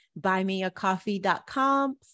Buymeacoffee.com